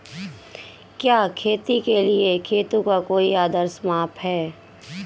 क्या खेती के लिए खेतों का कोई आदर्श माप है?